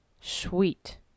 Sweet